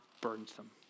burdensome